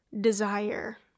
desire